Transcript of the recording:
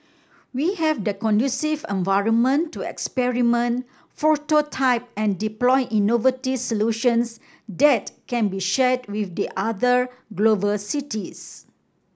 we have the conducive environment to experiment prototype and deploy innovative solutions that can be shared with the other global cities